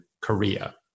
Korea